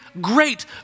great